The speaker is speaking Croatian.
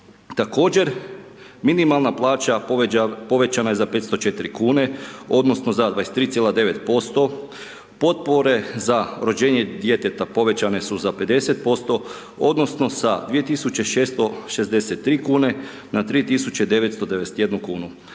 Također, minimalna plaća povećana je za 504 kune odnosno za 23,9%, potpore za rođenje djeteta povećane su za 50% odnosno sa 2663 kune na 3991 kunu.